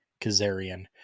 Kazarian